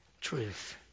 truth